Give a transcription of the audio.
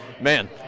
man